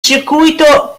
circuito